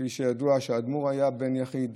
וכפי שידוע האדמו"ר היה בן יחיד,